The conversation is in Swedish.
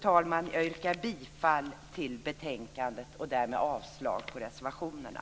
Jag yrkar bifall till utskottets hemställan och avslag på reservationerna.